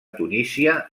tunísia